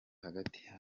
hagati